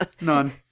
None